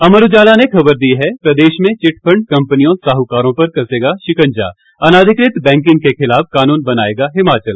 अमर उजाला ने खबर दी है प्रदेश में चिटफंड कंपनियों साहूकारों पर कसेगा शिकंजा अनाधिकृत बैंकिंग के खिलाफ कानून बनाएगा हिमाचल